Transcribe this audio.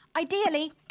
Ideally